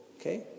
Okay